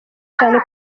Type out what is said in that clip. cyane